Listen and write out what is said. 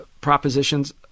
propositions